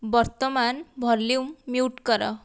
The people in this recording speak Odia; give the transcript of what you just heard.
ବର୍ତ୍ତମାନ ଭଲ୍ୟୁମ ମ୍ୟୁଟ୍ କର